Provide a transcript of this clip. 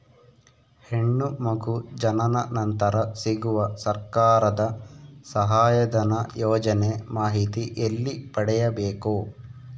ಹೆಣ್ಣು ಮಗು ಜನನ ನಂತರ ಸಿಗುವ ಸರ್ಕಾರದ ಸಹಾಯಧನ ಯೋಜನೆ ಮಾಹಿತಿ ಎಲ್ಲಿ ಪಡೆಯಬೇಕು?